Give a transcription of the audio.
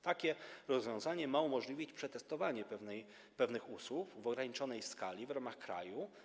Takie rozwiązanie ma umożliwić przetestowanie pewnych usług w ograniczonej skali, w ramach kraju.